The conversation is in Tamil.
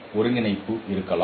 ஒருங்கிணைப்பு இருக்கலாம்